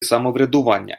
самоврядування